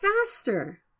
faster